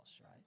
right